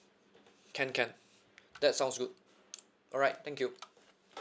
can can that sounds good alright thank you